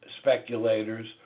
speculators